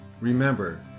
remember